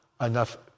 enough